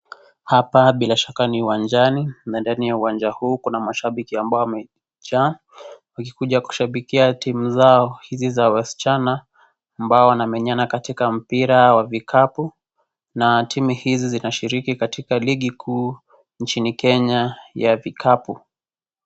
Hapa bila shaka ni uwanjani na ndani ya uwanja huu kuna mashabiki ambao wamejaa, wakikuja kushabikia timu zao hizi za wasichana ambao wanamenyana katika mpira wa vikapu na timu hizi zinashiriki katika ligi kuu nchini Kenya ya vikapu.